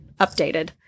updated